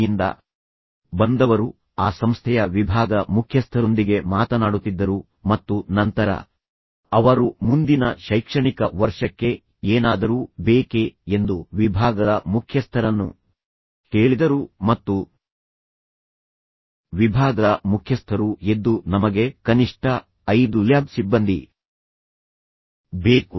ಯಿಂದ ಬಂದವರು ಆ ಸಂಸ್ಥೆಯ ವಿಭಾಗದ ಮುಖ್ಯಸ್ಥರೊಂದಿಗೆ ಮಾತನಾಡುತ್ತಿದ್ದರು ಮತ್ತು ನಂತರ ಅವರು ಮುಂದಿನ ಶೈಕ್ಷಣಿಕ ವರ್ಷಕ್ಕೆ ಏನಾದರೂ ಬೇಕೇ ಎಂದು ವಿಭಾಗದ ಮುಖ್ಯಸ್ಥರನ್ನು ಕೇಳಿದರು ಮತ್ತು ವಿಭಾಗದ ಮುಖ್ಯಸ್ಥರು ಎದ್ದು ನಮಗೆ ಕನಿಷ್ಠ 5 ಲ್ಯಾಬ್ ಸಿಬ್ಬಂದಿ ಬೇಕು